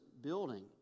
building